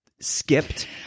skipped